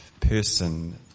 person